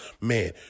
man